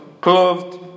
clothed